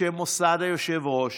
בשם מוסד היושב-ראש